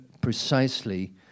precisely